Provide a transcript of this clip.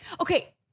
Okay